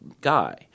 guy